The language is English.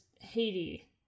Haiti